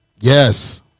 yes